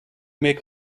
make